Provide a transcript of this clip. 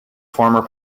former